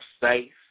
safe